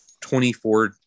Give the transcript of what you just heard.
24